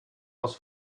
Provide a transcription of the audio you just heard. was